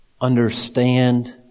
understand